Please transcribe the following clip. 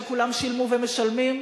שכולם שילמו ומשלמים?